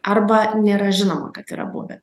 arba nėra žinoma kad yra buvę